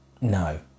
no